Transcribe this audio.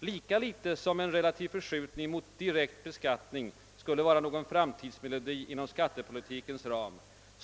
lika litet som en relativ förskjutning mot direkt beskattning skulle vara någon framtidsmelodi inom skattepolitikens ram.